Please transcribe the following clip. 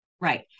Right